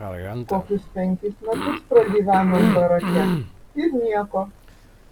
kokius penkis metus pragyvenom barake ir nieko